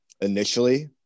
initially